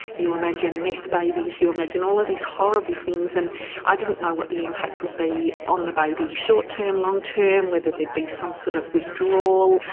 you imagine meth babies, you imagine all of these horrible things and i didn't know what the impact would be on the baby short term, long term, whether there'd be some sort of withdrawal,